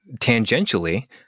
tangentially